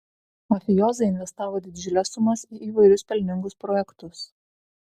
mafijozai investavo didžiules sumas į įvairius pelningus projektus